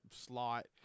slot